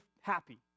happy